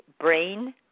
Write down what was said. brain